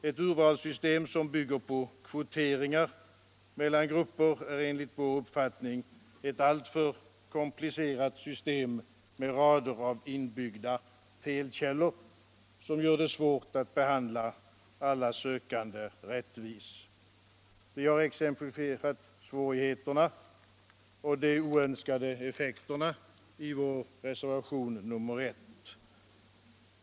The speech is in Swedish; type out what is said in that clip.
Ett urvalssystem som bygger på kvoteringar mellan grupper är enligt vår uppfattning ett alltför komplicerat system, med rader av inbyggda felkällor som gör det svårt att behandla alla sökande rättvist. Vi har exemplifierat svårigheterna och de oönskade effekterna i vår reservation nr 1.